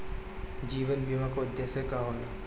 जीवन बीमा का उदेस्य का होला?